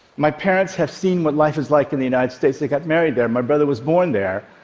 my parents have seen what life is like in the united states. they got married there. my brother was born there.